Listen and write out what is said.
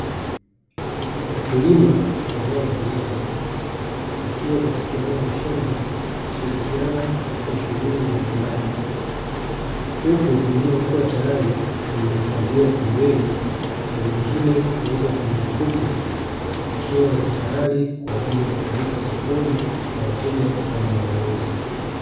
Wakulima wa zao la viazi wakiwa katika eneo la shamba wakishirikaiana katika shughuli ya uvunaji, huku vilivyokuwa tayari vimehifadhiwa pembeni na vingine kuwekwa kwenye mfuko, ikiwa ni tayari kwa ajili ya kupeleka sokoni kwa wateja kufanya manunuzi.